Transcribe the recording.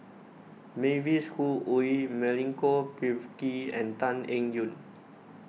Mavis Khoo Oei Milenko Prvacki and Tan Eng Yoon